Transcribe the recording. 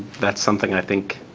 that's something, i think,